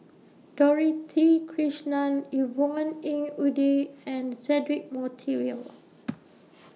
Dorothy Krishnan Yvonne Ng Uhde and Cedric Monteiro